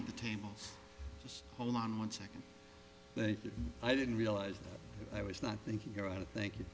at the table is all on one second i didn't realize i was not thinking about it thank you